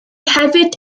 hefyd